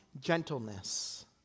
gentleness